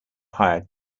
hired